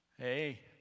Hey